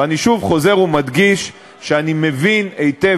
ואני שוב חוזר ומדגיש שאני מבין היטב